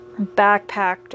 backpacked